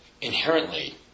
inherently